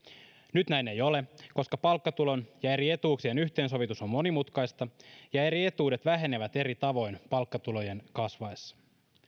nyt näin ei ole koska palkkatulon ja eri etuuksien yhteensovitus on monimutkaista ja eri etuudet vähenevät eri tavoin palkkatulojen kasvaessa